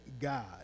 God